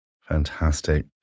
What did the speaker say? Fantastic